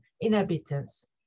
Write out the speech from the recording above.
inhabitants